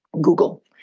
Google